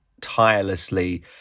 tirelessly